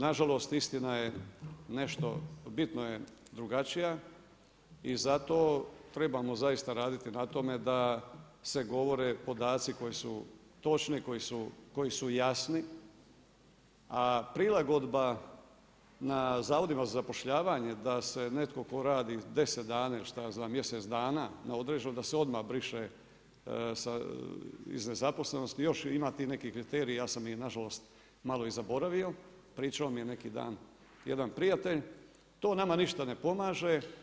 Nažalost, istina je nešto, bitno je drugačija i zato trebamo zaista raditi na tome da se govore podaci koji su točni, koji su jasni, a prilagodba na Zavodima za zapošljavanje, da se netko tko radi 10 dana, ili šta ja znam, mjesec dana na određeno, da se odmah briše sa, iz nezaposlenosti, još ima tih nekih kriterija, ja sam ih nažalost malo i zaboravio, pričao mi je neki dan jedan prijatelj, to nama ništa ne pomaže.